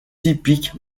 typiques